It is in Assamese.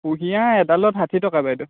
কুঁহিয়াৰ এডালত ষাঠি টকা বাইদেউ